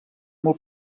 molt